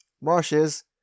marshes